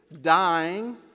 dying